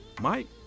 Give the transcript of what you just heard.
Mike